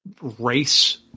race